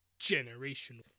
generational